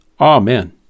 Amen